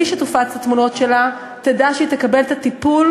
מי שתופצנה תמונות שלה תדע שהיא תקבל את הטיפול